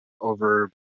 over